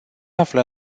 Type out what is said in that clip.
află